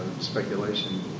speculation